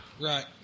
Right